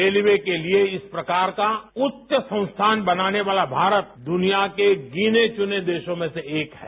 railway के लिए इस प्रकार का उच्च संस्थान बनाने वाला भारत दुनिया के गिने चुने देशों में से एक है